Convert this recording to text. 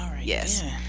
Yes